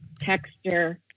texture